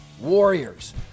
Warriors